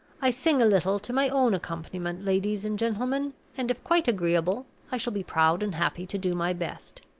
i sing a little to my own accompaniment, ladies and gentlemen and, if quite agreeable, i shall be proud and happy to do my best.